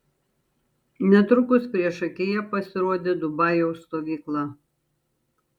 netrukus priešakyje pasirodė dubajaus stovykla